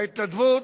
ההתנדבות,